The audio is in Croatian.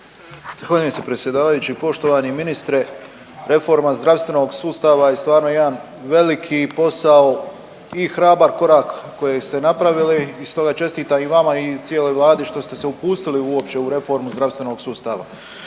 gospodine predsjedavajući, poštovani ministre reforma zdravstvenog sustava je stvarno jedan veliki, veliki posao i hrabar korak kojeg ste napravili i stoga čestitam i vama i cijeloj Vladi što ste se upustili uopće u reformu zdravstvenog sustava.